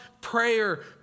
prayer